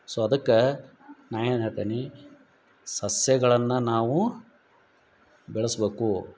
so ಅದಕ್ಕೆ ನಾ ಏನು ಹೇಳ್ತನೀ ಸಸ್ಯಗಳನ್ನ ನಾವು ಬೆಳಸ್ಬಕು